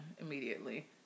immediately